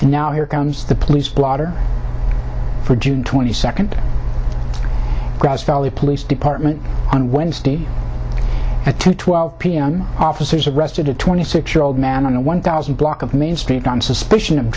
and now here comes the police blotter for june twenty second grass valley police department on wednesday at two twelve p m officers arrested a twenty six year old man on a one thousand block of main street on suspicion of